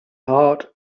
heart